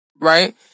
right